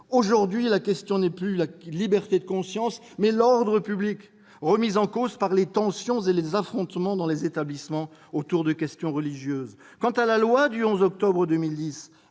aujourd'hui, la question n'est plus la liberté de conscience, mais l'ordre public », remis en cause par « les tensions et les affrontements dans les établissements autour de questions religieuses ». Quant à la loi du 11 octobre 2010